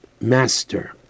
master